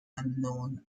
unknown